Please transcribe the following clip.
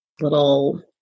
little